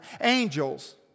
angels